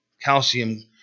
calcium